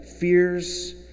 fears